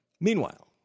meanwhile